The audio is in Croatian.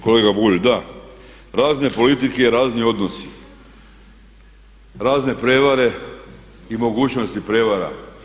Kolega Bulj, da, razne politike, razni odnosi, razne prijevare i mogućnosti prijevara.